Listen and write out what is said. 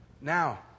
Now